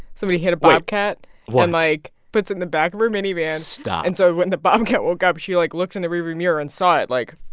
somebody hit a bobcat and, like, puts in the back of her mini-van stop and so when the bobcat woke up, she, like, looked in the rearview mirror and saw it, like,